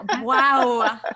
Wow